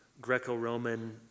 Greco-Roman